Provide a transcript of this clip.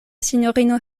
sinjorino